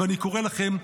ואני קורא לכם,